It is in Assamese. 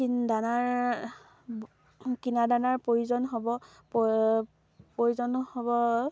দানাৰ কিনা দানাৰ প্ৰয়োজন হ'ব প্ৰয়োজন হ'ব